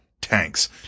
tanks